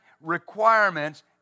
requirements